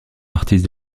artistes